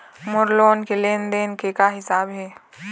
मोर loan के लेन देन के का हिसाब हे?